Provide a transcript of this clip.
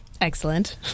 excellent